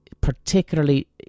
particularly